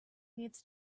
needs